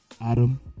Adam